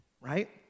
right